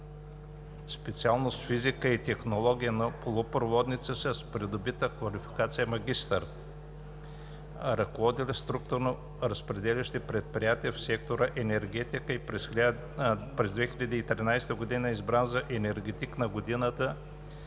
специалност „Физика и технология на полупроводници“ с придобита квалификация магистър. Ръководил е структурно разпределящи предприятия в сектор „Енергетика“. През 2013 г. е избран за енергетик на годината